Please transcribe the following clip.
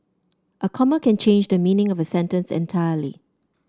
a comma can change the meaning of a sentence entirely